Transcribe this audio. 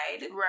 Right